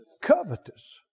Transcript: Covetous